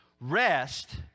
Rest